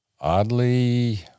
Oddly